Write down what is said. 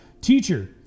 teacher